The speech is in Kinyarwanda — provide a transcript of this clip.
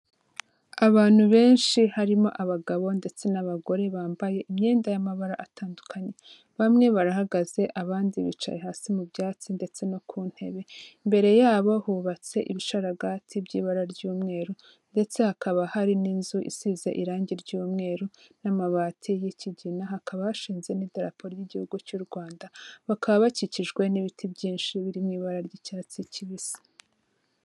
Abantu benshi harimo abagabo ndetse n'abagore bambaye imyenda y'amabara atandukanye, bamwe barahagaze abandi bicaye hasi mu byatsi ndetse no ku ntebe, imbere yabo hubatse ibisharagati by'ibara ry'umweru ndetse hakaba hari n'inzu isize irangi ry'umweru, n'amabati y'ikigina hakaba hashinze n'idarapo ry'igihugu cy'u Rwanda, bakaba bakikijwe n'ibiti byinshi biri mu ibara ry'icyatsi kibisi.